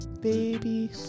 Baby